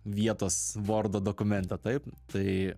vietos vordo dokumente taip tai